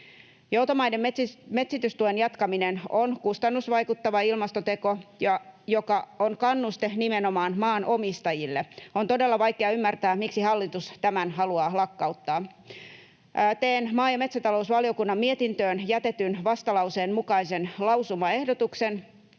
Joutomaiden metsitystuen jatkaminen on kustannusvaikuttava ilmastoteko, joka on kannuste nimenomaan maanomistajille. On todella vaikea ymmärtää, miksi hallitus tämän haluaa lakkauttaa. Teen maa- ja metsätalousvaliokunnan mietintöön jätetyn vastalauseen mukaisen lausumaehdotuksen,